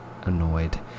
annoyed